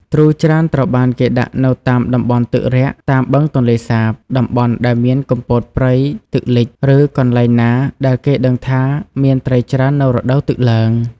ទ្រូច្រើនត្រូវបានគេដាក់នៅតាមតំបន់ទឹករាក់តាមបឹងទន្លេសាប តំបន់ដែលមានគុម្ពោតព្រៃទឹកលិច ឬកន្លែងណាដែលគេដឹងថាមានត្រីច្រើននៅរដូវទឹកឡើង។